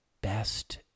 best